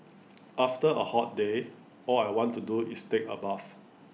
after A hot day all I want to do is take A bath